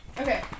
Okay